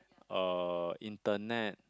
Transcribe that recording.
uh internet